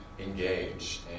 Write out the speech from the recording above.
engage